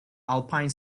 alpine